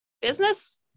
Business